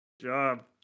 job